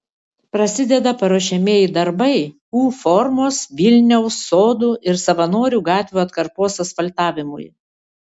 prasideda paruošiamieji darbai u formos vilniaus sodų ir savanorių gatvių atkarpos asfaltavimui